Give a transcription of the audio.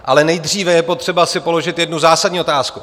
Ale nejdříve je potřeba si položit jednu zásadní otázku.